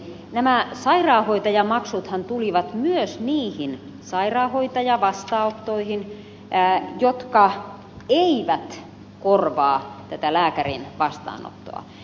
nämä sairaanhoitajamaksuthan tulivat myös niihin sairaanhoitajavastaanottoihin jotka eivät korvaa lääkärin vastaanottoa